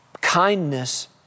Kindness